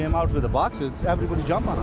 um out with the boxes, everybody jumped on